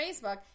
Facebook